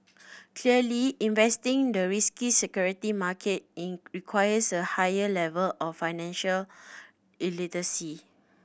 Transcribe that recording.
clearly investing the risky security market in requires a higher level of financial literacy